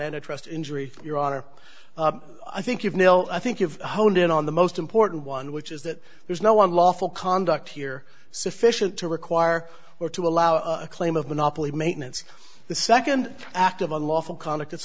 anna trust injury your honor i think you've nailed i think you've honed in on the most important one which is that there's no unlawful conduct here sufficient to require or to allow a claim of monopoly maintenance the nd act of unlawful conduct it's